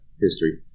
history